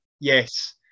Yes